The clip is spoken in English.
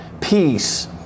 peace